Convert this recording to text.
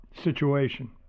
situation